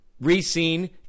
re-seen